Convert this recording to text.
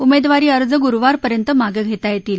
उमेदवारी अर्ज गुरुवारपर्यंत मागं धेता येतील